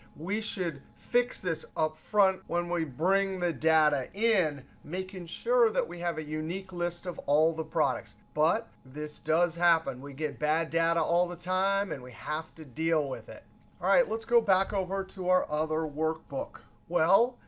we should fix this upfront when we bring the data in, making sure that we have a unique list of all the products. but this does happen. we get bad data all the time, and we have to deal with it. all right, let's go back over to our other workbook. well,